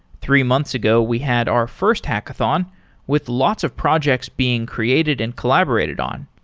three months ago, we had our first hackathon with lots of projects being created and collaborated on.